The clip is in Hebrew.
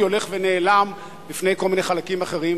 הולך ונעלם בפני כל מיני חלקים אחרים.